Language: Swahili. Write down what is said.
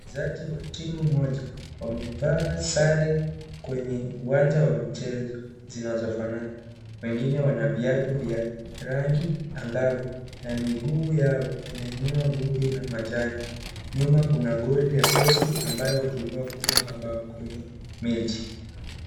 Wachezaji wa timu moja wamevaa sare kwenye uwanjanwa mchezo zinazofanana, wengine wana viatu vya rangi angavu na miguu yao inainua vumbi na majani, nyuma kuna goli ya posti ambayo hutumiwa kufunga bao kwenye mechi.